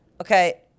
Okay